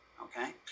okay